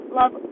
love